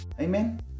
Amen